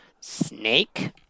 snake